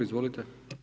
Izvolite.